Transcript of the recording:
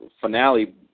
finale